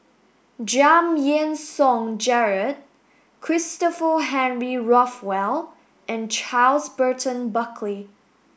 Giam Yean Song Gerald Christopher Henry Rothwell and Charles Burton Buckley